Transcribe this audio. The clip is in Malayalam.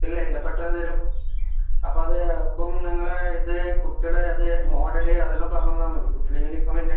ഇല്ല ഇല്ല പെട്ടെന്ന് തരും അപ്പം അത് അപ്പം നിങ്ങൾ ഇത് കുട്ടികളെ അത് മോഡൽ അതെല്ലാം പറഞ്ഞ് തന്നാൽ മതി കുട്ടികളെ യൂണിഫോമിൻ്റെ